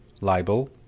libel